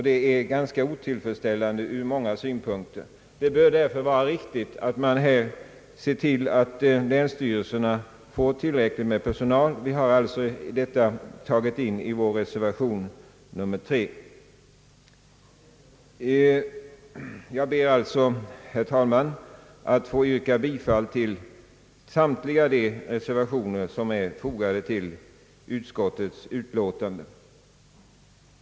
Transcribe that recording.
Detta är otillfredsställande ur många synpunkter, och det bör därför vara riktigt att man ser till att länsstyrelserna får tillräckligt med personal. Vi har sålunda tagit upp detta i vår reservation nr 3. Jag ber därför, herr talman, att få yrka bifall till samtliga de reservationer som är fogade till utskottets utlåtande.